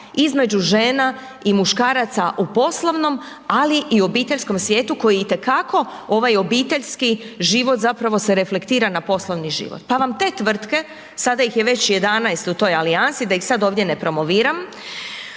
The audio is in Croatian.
između žena i muškaraca u poslovnom, ali i obiteljskom svijetu koji itekako, ovaj obiteljski život, zapravo se reflektira na poslovni život. Pa vam te tvrtke, sada ih je već 11 u toj alijansi, da ih sad ovdje ne promoviram,